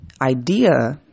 idea